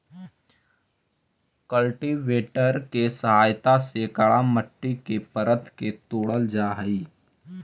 cultivator के सहायता से कड़ा मट्टी के परत के तोड़ल जा हई